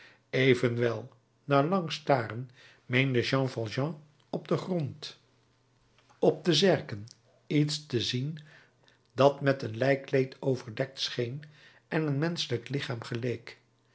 evenwel na lang staren meende jean valjean op den grond op de zerken iets te zien dat met een lijkkleed overdekt scheen en een menschelijk lichaam geleek